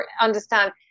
understand